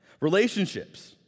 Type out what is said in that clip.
Relationships